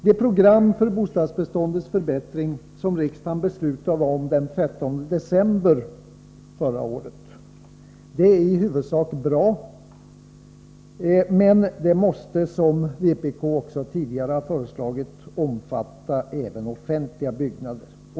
Det program för bostadsbeståndets förbättring som fastställdes genom riksdagens beslut den 13 december förra året är i huvudsak bra men måste, som vpk tidigare har föreslagit, omfatta även offentliga byggnader.